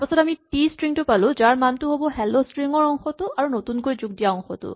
তাৰপাছত আমি টি ষ্ট্ৰিং টো পালো যাৰ মানটো হ'ব হেল্ল ষ্ট্ৰিং ৰ অংশটো আৰু নতুনকৈ যোগ দিয়া অংশটো